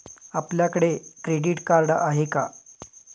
आपल्याकडे credit card आहे का?